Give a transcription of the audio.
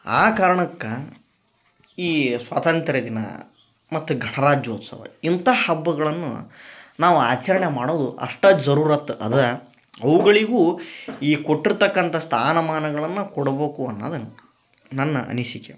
ಆ ಕಾರಣಕ್ಕ ಈ ಸ್ವಾತಂತ್ರ್ಯ ದಿನ ಮತ್ತು ಗಣರಾಜ್ಯೋತ್ಸವ ಇಂಥ ಹಬ್ಬಗಳನ್ನು ನಾವು ಆಚರಣೆ ಮಾಡೋದು ಅಷ್ಟೇ ಜರುರತ್ ಅದ ಅವುಗಳಿಗೂ ಈಗ ಕೊಟ್ಟಿರ್ತಕ್ಕಂಥ ಸ್ಥಾನಮಾನಗಳನ್ನ ಕೊಡಬೇಕು ಅನ್ನದನ್ನ ನನ್ನ ಅನಿಸಿಕೆ